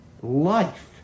life